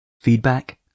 Feedback